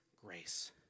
grace